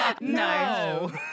no